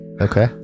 okay